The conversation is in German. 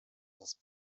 das